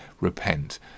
repent